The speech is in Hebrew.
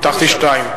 הבטחתי שתיים.